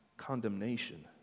condemnation